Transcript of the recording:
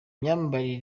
myambaro